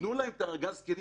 תנו להם את ארגז הכלים.